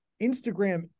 Instagram